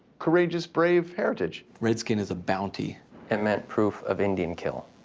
courageous, brave heritage. redskins is a bounty it meant proof of indian kill.